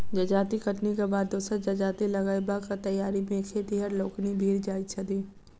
जजाति कटनीक बाद दोसर जजाति लगयबाक तैयारी मे खेतिहर लोकनि भिड़ जाइत छथि